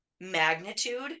magnitude